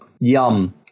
yum